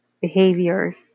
behaviors